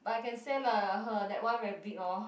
but I can say lah her that one very big lor